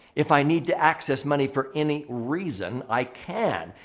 if i need to access money for any reason, i can.